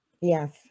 Yes